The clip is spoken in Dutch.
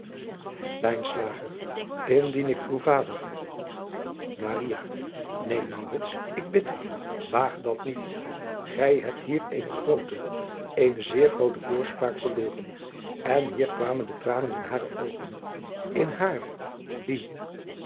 ndien ik uw vader een ik bid u waag dat niet gij hebt hier eene groote eene zeer groote voorspraak verloren en hier kwamen de tranen in hare oogen in haar die